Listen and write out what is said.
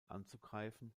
anzugreifen